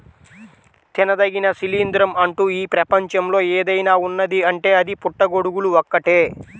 తినదగిన శిలీంద్రం అంటూ ఈ ప్రపంచంలో ఏదైనా ఉన్నదీ అంటే అది పుట్టగొడుగులు ఒక్కటే